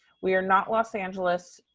we are not los angeles,